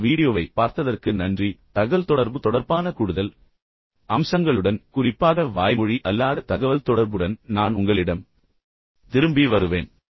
இந்த வீடியோவைப் பார்த்ததற்கு நன்றி தகவல்தொடர்பு தொடர்பான கூடுதல் அம்சங்களுடன் குறிப்பாக வாய்மொழி அல்லாத தகவல்தொடர்புடன் நான் உங்களிடம் திரும்பி வருவேன்